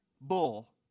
Bull